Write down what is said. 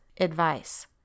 advice